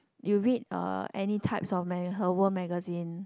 you read uh any types of maga~ Herworld magazine